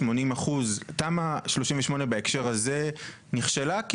מה --- תמ"א 38 בהקשר הזה נכשלה כי